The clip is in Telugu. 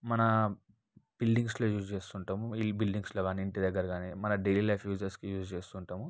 మన బిల్డింగ్స్లో యూజ్ చేస్తూ ఉంటాం ఈ బిల్డింగ్స్లో కానీ ఇంటి దగ్గర కానీ డైలీ లైఫ్ యూజెస్కి యూజ్ చేస్తూ ఉంటాము